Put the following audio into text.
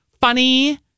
funny